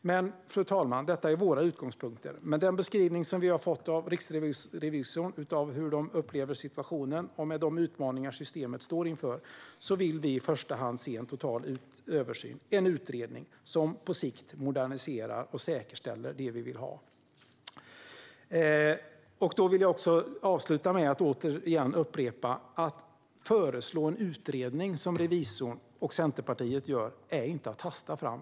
Men, fru talman, detta är våra utgångspunkter. Med den beskrivning vi fått av Riksrevisionen av hur man upplever situationen och med de utmaningar systemet står inför vill vi i första hand se en total översyn, en utredning, som på sikt moderniserar och säkerställer det vi vill ha. Jag vill avsluta med ett återupprepande: Att föreslå en utredning, som Riksrevisionen och Centerpartiet gör, är inte att hasta fram.